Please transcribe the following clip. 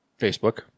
Facebook